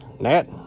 Nat